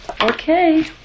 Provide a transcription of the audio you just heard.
Okay